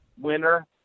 winner